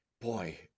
boy